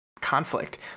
conflict